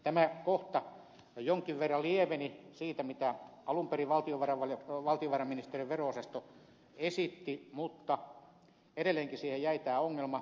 tämä kohta jonkin verran lieveni siitä mitä alun perin valtiovarainministeriön vero osasto esitti mutta edelleenkin siihen jäi tämä ongelma